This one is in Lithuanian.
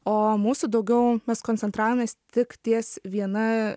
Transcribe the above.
o mūsų daugiau mes koncentravomės tik ties viena